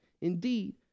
Indeed